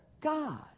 God